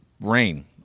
Rain